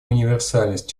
универсальность